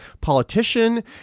politician